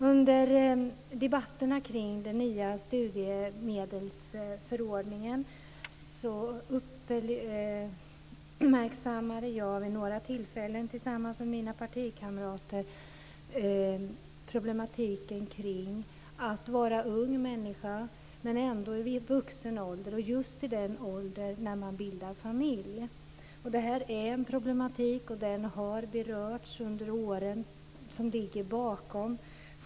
Under debatterna kring den nya studiemedelsförordningen uppmärksammade jag vid några tillfällen, tillsammans med mina partikamrater, problematiken kring detta att vara ung människa och ändå vuxen, i den ålder man bildar familj. Detta är en problematik som har berörts under åren.